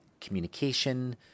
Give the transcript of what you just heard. Communication